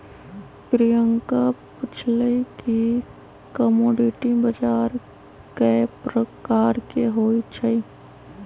प्रियंका पूछलई कि कमोडीटी बजार कै परकार के होई छई?